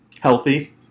healthy